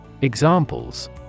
Examples